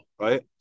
right